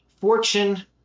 Fortune